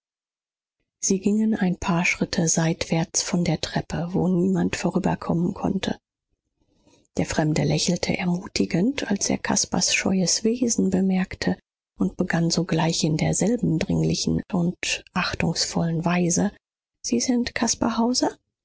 sie gingen ein paar schritte seitwärts von der treppe wo niemand vorüberkommen konnte der fremde lächelte ermutigend als er caspars scheues wesen bemerkte und begann sogleich in derselben dringlichen und achtungsvollen weise sie sind